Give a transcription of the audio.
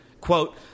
Quote